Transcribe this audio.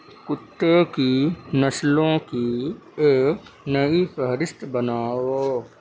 کتے کی نسلوں کی ایک نئی فہرست بناؤ